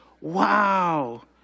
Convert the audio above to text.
Wow